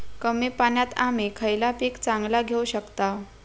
कमी पाण्यात आम्ही खयला पीक चांगला घेव शकताव?